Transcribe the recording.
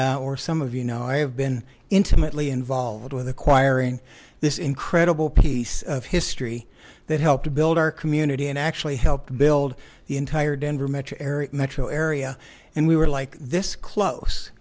been or some of you know i have been intimately involved with acquiring this incredible piece of history that helped to build our community and actually help build the entire denver metro area metro area and we were like this close